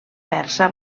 persa